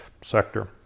sector